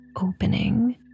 opening